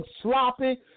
sloppy